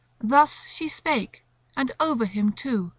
thus she spake and over him too,